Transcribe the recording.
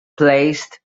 placed